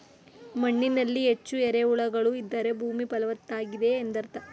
ಮಣ್ಣಿನಲ್ಲಿ ಹೆಚ್ಚು ಎರೆಹುಳುಗಳು ಇದ್ದರೆ ಭೂಮಿ ಫಲವತ್ತಾಗಿದೆ ಎಂದರ್ಥ